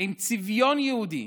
עם צביון יהודי,